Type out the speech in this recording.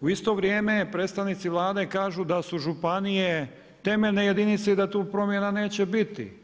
u isto vrijeme predstavnici Vlade kažu da su županije temeljne jedinice i da tu promjena neće biti.